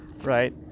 right